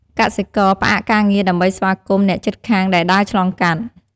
កសិករ ផ្អាកការងារដើម្បីស្វាគមន៍ អ្នកជិតខាងដែលដើរឆ្លងកាត់។